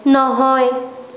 নহয়